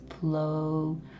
flow